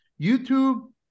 YouTube